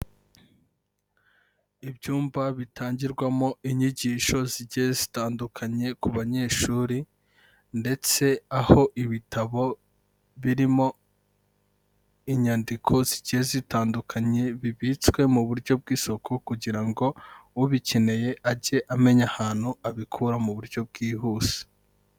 Ibyumba bitangirwamo inyigisho zigiye zitandukanye ku banyeshuri ndetse aho ibitabo birimo inyandiko zigiye zitandukanye bibitswe mu buryo bw'isuku kugira ngo ubikeneye age amenya ahantu abikura mu buryo bwihuse.